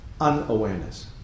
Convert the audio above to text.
unawareness